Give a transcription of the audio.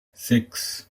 six